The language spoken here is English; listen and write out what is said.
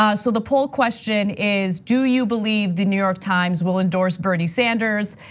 ah so the poll question is, do you believe the new york times will endorse bernie sanders?